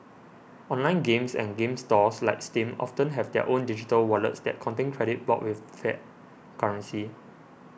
online games and game stores like Steam often have their own digital wallets that contain credit bought with fiat currency